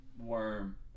Worm